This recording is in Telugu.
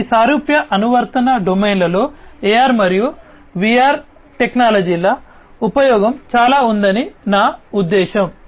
ఈ సారూప్య అనువర్తన డొమైన్లలో AR మరియు VR టెక్నాలజీల ఉపయోగం చాలా ఉందని నా ఉద్దేశ్యం